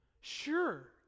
Sure